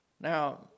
Now